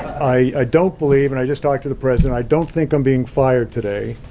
i ah don't believe and i just talked to the president i don't think i'm being fired today.